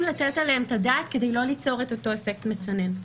לתת עליהם את הדעת כדי לא ליצור את אותו אפקט מצנן.